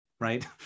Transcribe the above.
right